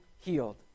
healed